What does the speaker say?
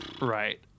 Right